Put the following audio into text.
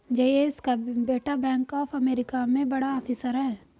जयेश का बेटा Bank of America में बड़ा ऑफिसर है